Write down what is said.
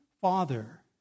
father